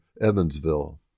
Evansville